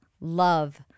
love